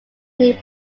need